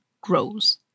grows